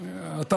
בזמן אמת לא אמרת.